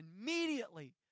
immediately